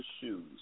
shoes